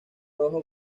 rojo